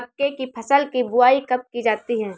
मक्के की फसल की बुआई कब की जाती है?